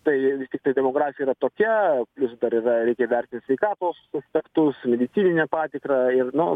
tai vis tiktai demografija yra tokia vis dar yra reikia vertint sveikatos aspektus medicininę patikrą ir nu